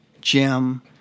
Jim